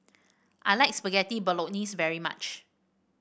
I like Spaghetti Bolognese very much